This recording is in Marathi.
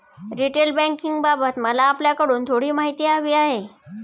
रिटेल बँकिंगबाबत मला आपल्याकडून थोडी माहिती हवी आहे